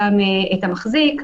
גם את המחזיק.